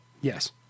Yes